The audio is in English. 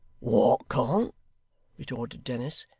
what can't retorted dennis.